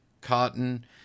cotton